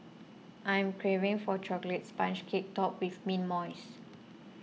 I am craving for a Chocolate Sponge Cake Topped with Mint Mousse